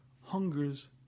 hungers